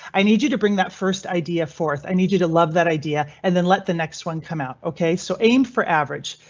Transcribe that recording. i need you to bring that first idea, fourth. i need you to love that idea and then let the next one come out. ok, so aim for average.